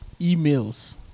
emails